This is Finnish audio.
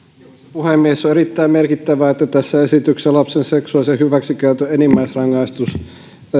puhemies on erittäin merkittävää että tässä esityksessä lapsen seksuaalisen hyväksikäytön enimmäisrangaistus